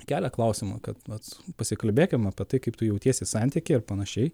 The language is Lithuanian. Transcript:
kelia klausimą kad vat pasikalbėkim apie tai kaip tu jautiesi santykyje ir panašiai